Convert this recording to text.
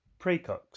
precox